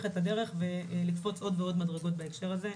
את הדרך ולקפוץ עוד ועוד מדרגות בהקשר הזה.